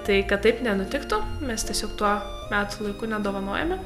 tai kad taip nenutiktų mes tiesiog tuo metų laiku nedovanojame